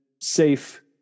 safe